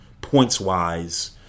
points-wise